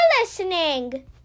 listening